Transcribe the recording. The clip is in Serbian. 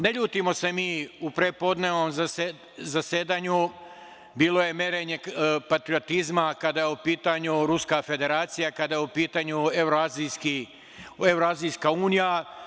Ne ljutimo se mi, u prepodnevnom zasedanju bilo je merenja patriotizma kada je u pitanju Ruska Federacija, kada je u pitanju Evroazijska unija.